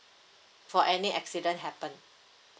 for any accident happen